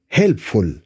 helpful